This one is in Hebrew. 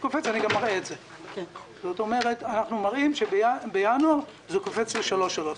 אנחנו מראים שבינואר זה קופץ ל-3.3%.